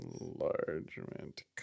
enlargement